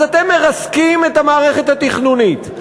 אז אתם מרסקים את המערכת התכנונית,